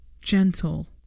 gentle